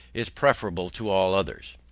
is preferable to all others.